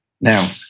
now